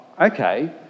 okay